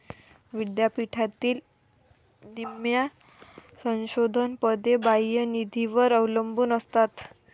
विद्यापीठातील निम्म्या संशोधन पदे बाह्य निधीवर अवलंबून असतात